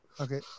Okay